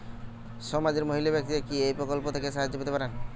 সমাজের মহিলা ব্যাক্তিরা কি এই প্রকল্প থেকে সাহায্য পেতে পারেন?